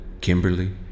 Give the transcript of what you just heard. Kimberly